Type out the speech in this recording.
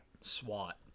SWAT